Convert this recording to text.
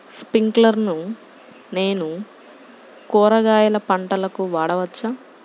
స్ప్రింక్లర్లను నేను కూరగాయల పంటలకు వాడవచ్చా?